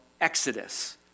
exodus